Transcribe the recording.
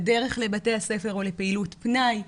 בדרך לבתי הספר או לפעילות פנאי,